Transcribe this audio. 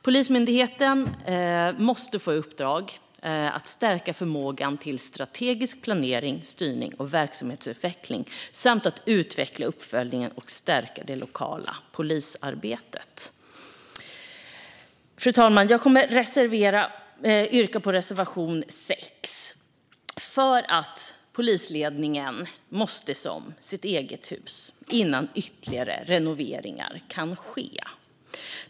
Polismyndigheten måste få i uppdrag att stärka förmågan till strategisk planering, styrning och verksamhetsutveckling samt att utveckla uppföljningen och stärka det lokala polisarbetet. Fru talman! Jag kommer att yrka bifall till reservation 6. Polisledningen måste se om sitt eget hus innan ytterligare renoveringar kan ske.